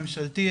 הממשלתי,